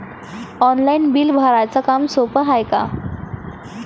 Online bill भराच काम सोपं हाय का?